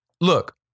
Look